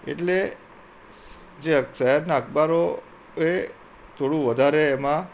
એટલે જે શહેરના અખબારોએ થોડું વધારે એમાં